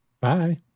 Bye